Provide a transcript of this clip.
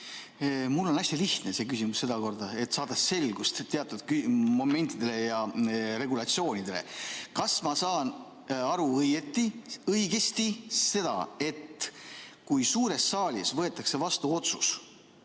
Mul on hästi lihtne see küsimus sedakorda, et saada selgust teatud momentides ja regulatsioonides. Kas ma saan õigesti aru, et kui suures saalis võetakse vastu otsus